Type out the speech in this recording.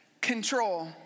Control